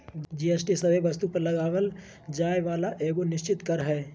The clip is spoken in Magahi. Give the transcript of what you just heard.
जी.एस.टी सभे वस्तु पर लगावल जाय वाला एगो निश्चित कर हय